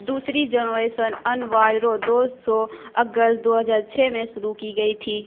دوسری جنریسن انوائرو دو سو اگست دو ہزار چھ میں شروع کی گئی تھی